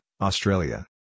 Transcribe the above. Australia